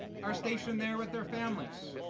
are stationed there with their families.